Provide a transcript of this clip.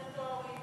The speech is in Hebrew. הרגולטורים,